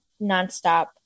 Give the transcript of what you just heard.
nonstop